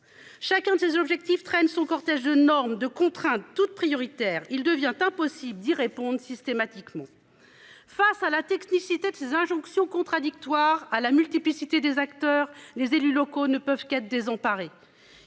Chacun de ces objectifs traîne son cortège de normes de contraintes toutes prioritaire, il devient impossible d'y répondent systématiquement. Face à la technicité de ses injonctions contradictoires à la multiplicité des acteurs, les élus locaux ne peuvent qu'être désemparés.